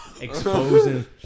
exposing